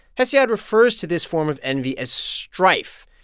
hesiod refers to this form of envy as strife,